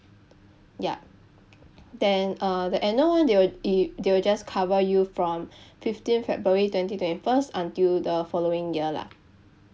yup then uh the annual one they will it they will just cover you from fifteen february twenty twenty first until the following year lah